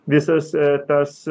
visas tas